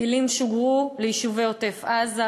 טילים שוגרו ליישובי עוטף-עזה,